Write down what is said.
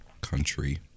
Country